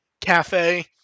cafe